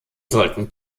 sollten